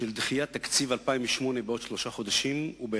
של דחיית תקציב 2009 בשלושה חודשים,